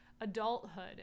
adulthood